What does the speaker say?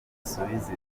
zisubiza